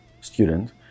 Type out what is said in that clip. student